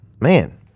man